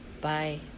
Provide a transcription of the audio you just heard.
Bye